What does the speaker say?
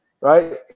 Right